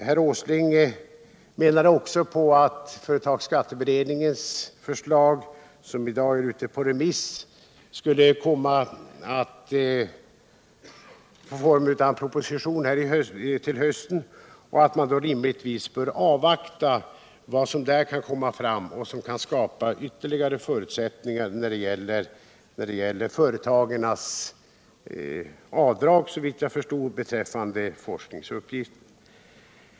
Herr Åsling menade också att företagsskatteberedningens förslag, som i dag är ute på remiss, kommer att föranleda att en proposition framläggs till hösten samt att vi därför bör avvakta vad den kan ge som kan skapa ytterligare förutsättningar vad gäller företagens avdrag för forskningsoch utvecklingsarbete.